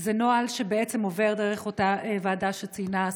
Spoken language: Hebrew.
זה נוהל שעובר דרך אותה ועדה שציינה השרה.